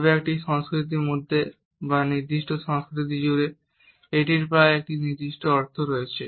তবে একটি সংস্কৃতির মধ্যে বা নির্দিষ্ট সংস্কৃতি জুড়ে এটির প্রায় একটি নির্দিষ্ট অর্থ রয়েছে